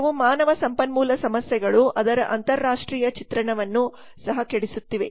ಕೆಲವು ಮಾನವ ಸಂಪನ್ಮೂಲ ಸಮಸ್ಯೆಗಳು ಅದರ ಅಂತರರಾಷ್ಟ್ರೀಯ ಚಿತ್ರಣವನ್ನು ಸಹ ಕೆಡಿಸುತ್ತಿವೆ